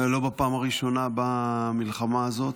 לא בפעם הראשונה במלחמה הזאת.